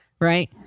Right